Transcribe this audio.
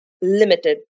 Limited